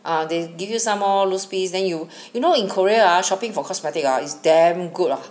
ah they give you some more loose piece then you you know in Korea ah shopping for cosmetic ah is damn good lah